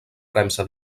premsa